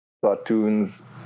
cartoons